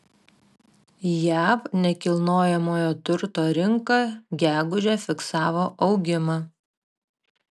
jav nekilnojamojo turto rinka gegužę fiksavo augimą